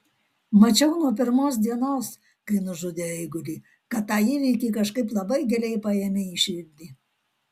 mačiau nuo pirmos dienos kai nužudė eigulį kad tą įvykį kažkaip labai giliai paėmei į širdį